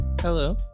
Hello